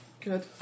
Good